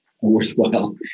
worthwhile